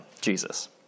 Jesus